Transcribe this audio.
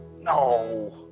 No